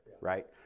right